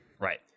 Right